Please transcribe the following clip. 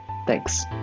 Thanks